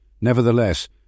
Nevertheless